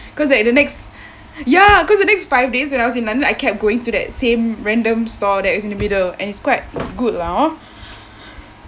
cause like the next yacause the next five days when I was in london I kept going to that same random store that was in the middle and it's quite good lah oh